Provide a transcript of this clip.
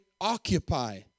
occupy